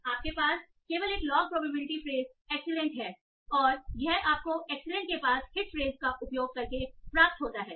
तो आपके पास यह केवल एक लॉग प्रोबेबिलिटी फ्रेस एक्सीलेंट है और यह आपको एक्सीलेंट के पास हिट फ्रेस का उपयोग करके प्राप्त होता है